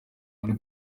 muri